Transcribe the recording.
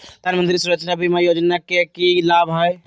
प्रधानमंत्री सुरक्षा बीमा योजना के की लाभ हई?